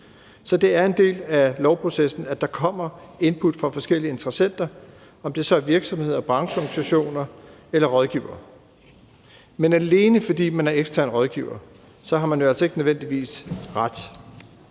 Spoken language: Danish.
Så det er en del af lovprocessen, at der kommer input fra forskellige interessenter, om det så er virksomheder, brancheorganisationer eller rådgivere. Men alene fordi man er ekstern rådgiver, har man jo altså ikke